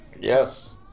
Yes